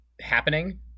happening